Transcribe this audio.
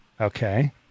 Okay